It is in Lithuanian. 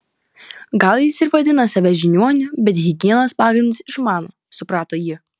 gal jis ir vadina save žiniuoniu bet higienos pagrindus išmano suprato ji